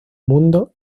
mundo